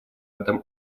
этом